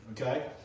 okay